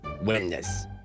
Witness